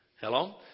Hello